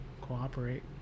cooperate